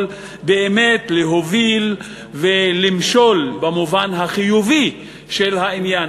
באמת להוביל ולמשול במובן החיובי של העניין.